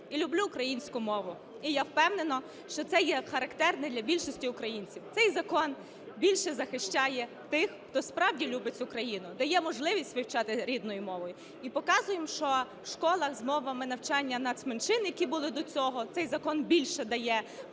І люблю українську мову. І я впевнена, що це є характерне для більшості українців. Цей закон більше захищає тих, хто справді любить цю країну, дає можливість вивчати рідною мовою. І показуємо, що школа з мовами навчання нацменшин, які були до цього, цей закон більше дає